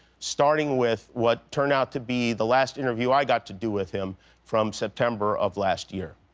starting with what turned out to be the last interview i got to do with him from september of last year.